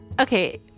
okay